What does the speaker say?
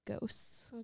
ghosts